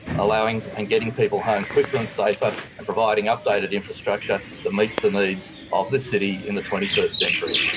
allowing and getting people home and quicker and safer, and providing updated infrastructure that meets the needs of this city in the twenty first century.